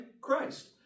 Christ